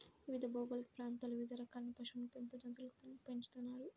వివిధ భౌగోళిక ప్రాంతాలలో వివిధ రకాలైన పశువులను పెంపుడు జంతువులుగా పెంచుతున్నారు